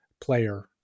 Player